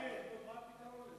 מה הפתרון לזה?